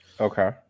Okay